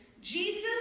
Jesus